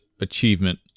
achievement